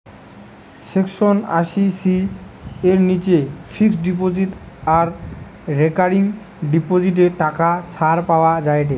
section আশি C এর নিচে ফিক্সড ডিপোজিট আর রেকারিং ডিপোজিটে টাকা ছাড় পাওয়া যায়েটে